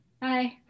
Bye